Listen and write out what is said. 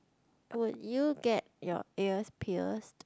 would you get your ear pierced